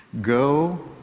go